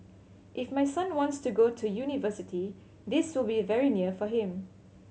if my son wants to go to university this will be very near for him